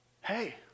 Hey